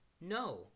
No